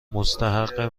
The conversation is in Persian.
مستحق